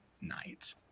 night